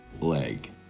leg